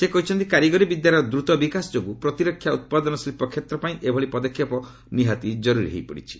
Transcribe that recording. ସେ କହିଛନ୍ତି କାରିଗରି ବିଦ୍ୟାର ଦ୍ରତ ବିକାଶ ଯୋଗୁଁ ପ୍ରତିରକ୍ଷା ଉତ୍ପାଦନ ଶିଳ୍ପ କ୍ଷେତ୍ର ପାଇଁ ଏଭଳି ପଦକ୍ଷେପ ନିହାତି କାରୁରୀ ହୋଇପଡ଼ିଛି